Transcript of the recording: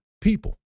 people